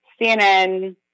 CNN